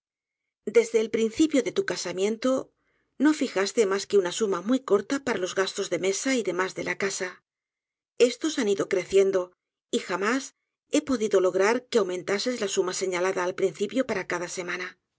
desde el principio de tu casamiento no fijaste mas que una suma muy corta para los gastos de mesa y demás de la casa estos han ido creciendo y jamás he podido lograr que aumentases la suma señalada al principio para cada semana